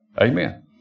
Amen